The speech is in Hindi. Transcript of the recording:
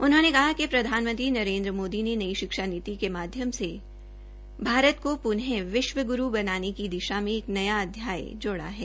उन्होंने कहा कि प्रधानमंत्री नरेन्द्र मोदी ने नई शिक्षा नीति के माध्यम से भारत को पुन विश्व गुरू बनाने की दिशा में एक नया अध्याय जोड़ा है